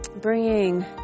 bringing